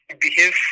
behave